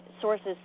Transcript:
Sources